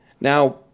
Now